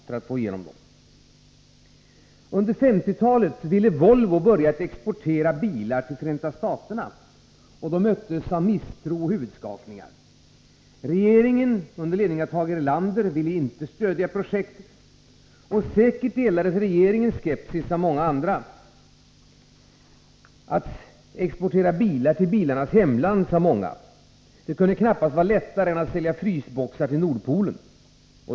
När Volvo under 1950-talet ville börja exportera bilar till Förenta staterna möttes företaget av misstro och huvudskakningar. Regeringen, under ledning av Tage Erlander, ville inte stödja projektet, och säkert delades regeringens skepsis av många andra. Att exportera bilar till bilarnas hemland, sade många, kunde inte vara mycket lättare än att sälja frysboxar till Nordpolen.